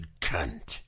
cunt